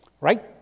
right